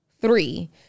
three